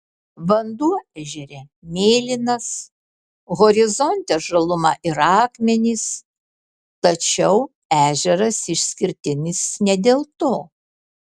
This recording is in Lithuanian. vanduo ežere mėlynas horizonte žaluma ir akmenys tačiau ežeras išskirtinis ne dėl to